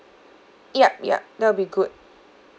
ya ya that will be good